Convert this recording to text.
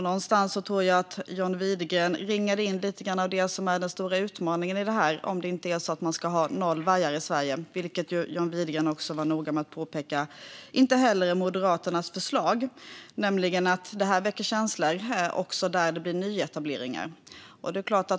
Någonstans tror jag att John Widegren ringade in lite av det som är den stora utmaningen i det här om man inte ska ha noll vargar i Sverige, vilket ju John Widegren var noga med att påpeka inte heller är Moderaternas förslag, nämligen att detta väcker känslor också där det blir nyetableringar.